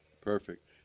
Perfect